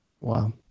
Wow